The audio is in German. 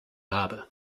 habe